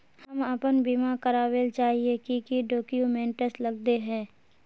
हम अपन बीमा करावेल चाहिए की की डक्यूमेंट्स लगते है?